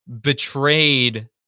betrayed